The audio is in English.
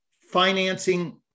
financing